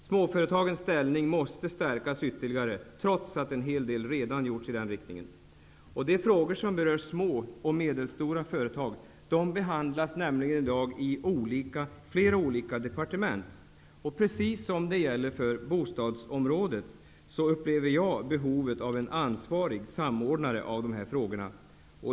Småföretagens ställning måste stärkas ytterligare, trots att en hel del redan har gjorts i det avseendet. Frågor som berör små och medelstora företag behandlas i dag i flera olika departement. Precis som på bostadsområdet anser jag att det finns behov av en ansvarig samordnare av dessa frågor.